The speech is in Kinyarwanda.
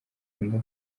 akunda